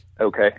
Okay